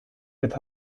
edo